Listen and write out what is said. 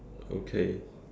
okay